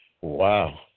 Wow